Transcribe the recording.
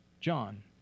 John